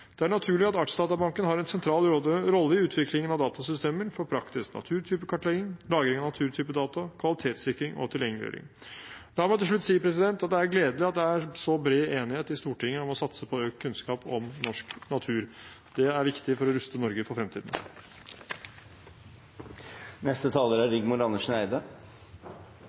Det er naturlig at Artsdatabanken har en sentral rolle i utviklingen av datasystemer for praktisk naturtypekartlegging, lagring av naturtypedata, kvalitetssikring og tilgjengeliggjøring. La meg til slutt si at det er gledelig at det er så bred enighet i Stortinget om å satse på økt kunnskap om norsk natur. Det er viktig for å ruste Norge for fremtiden. Jeg vil starte med å si at det å være politiker i denne perioden er